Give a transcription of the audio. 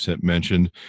mentioned